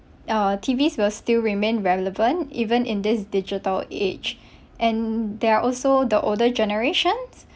uh T_V will still remain relevant even in this digital age and there are also the older generations